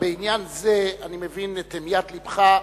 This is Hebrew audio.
בעניין זה אני מבין את המיית לבך,